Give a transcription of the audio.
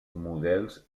models